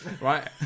Right